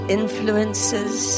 influences